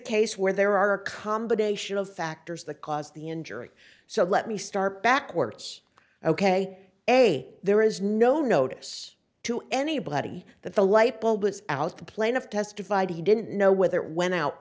case where there are a combination of factors that cause the injury so let me start backwards ok a there is no notice to anybody that the light bulb is out the plaintiff testified he didn't know whether it went out